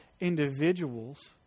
individuals